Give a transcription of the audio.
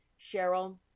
Cheryl